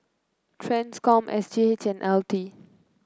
Transcom S G H and L T